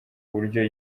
buryo